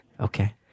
Okay